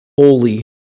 holy